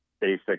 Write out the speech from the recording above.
basic